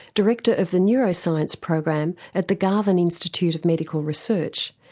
director of the neuroscience program at the garvan institute of medical research,